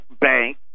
bank